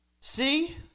See